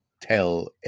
tell